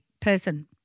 person